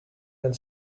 had